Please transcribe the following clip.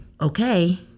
okay